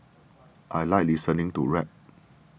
I like listening to rap